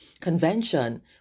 convention